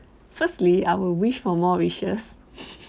firstly I will wish for more wishes